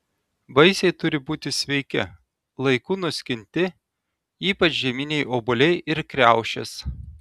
vaisiai turi būti sveiki laiku nuskinti ypač žieminiai obuoliai ir kriaušės